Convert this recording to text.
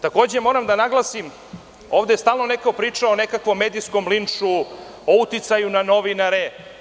Takođe, moram da naglasim, ovde stalno neko priča o nekakvom medijskom linču, o uticaju na novinare.